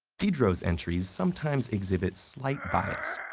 diderot's entries sometimes exhibit slight bias.